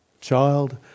child